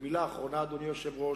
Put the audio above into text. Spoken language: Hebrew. מלה אחרונה, אדוני היושב-ראש,